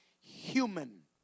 human